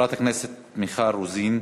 חברת הכנסת מיכל רוזין.